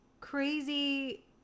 crazy